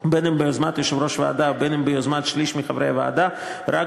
אם ביוזמת יושב-ראש הוועדה ואם ביוזמת שליש מחברי הוועדה,